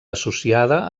associada